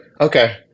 Okay